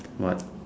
what